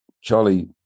charlie